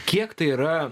kiek tai yra